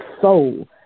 soul